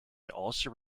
also